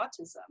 autism